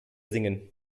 singen